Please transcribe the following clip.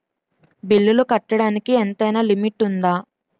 బిల్లులు కట్టడానికి ఎంతైనా లిమిట్ఉందా?